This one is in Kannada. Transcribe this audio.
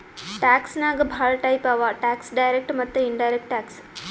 ಟ್ಯಾಕ್ಸ್ ನಾಗ್ ಭಾಳ ಟೈಪ್ ಅವಾ ಟ್ಯಾಕ್ಸ್ ಡೈರೆಕ್ಟ್ ಮತ್ತ ಇನಡೈರೆಕ್ಟ್ ಟ್ಯಾಕ್ಸ್